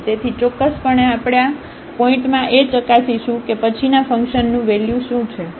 તેથી ચોક્કસપણે આપણે આ પોઇન્ટ માંએ ચકાસીશું કે પછીના ફંકશનનું વેલ્યુ શું છે